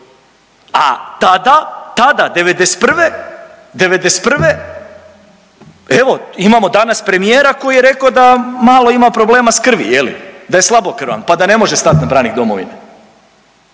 tada, '91., '91., evo, imamo danas premijer koji je rekao da malo ima problema s krvi, je li, da je slabokrvan pa da ne može stati na branik domovine.